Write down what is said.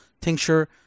tincture